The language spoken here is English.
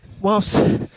whilst